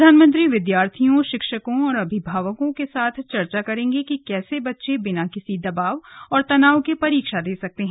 प्रधानमंत्री विद्यार्थियों शिक्षकों और अभिभावकों के साथ चर्चा करेंगे कि कैसे बच्चे बिना किसी दबाव और तनाव के परीक्षा दे सकते हैं